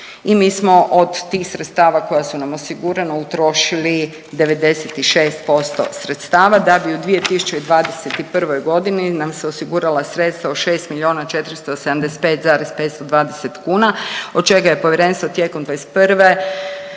i mi smo od tih sredstava koja su nam osigurana utrošili 96% sredstava da bi u 2021.g. nam se osigurala sredstva od 6 milijuna 475,520 kuna, od čega je povjerenstvo tijekom '21. utrošilo